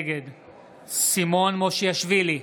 נגד סימון מושיאשוילי,